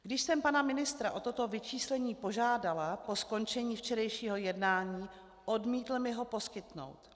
Když jsem pana ministra o toto vyčíslení požádala po skončení včerejšího jednání, odmítl mi ho poskytnout.